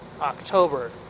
october